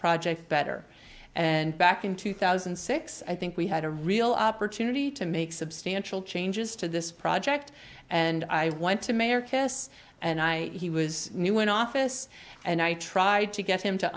project better and back in two thousand and six i think we had a real opportunity to make substantial changes to this project and i went to mayor kiss and i he was new in office and i tried to get him to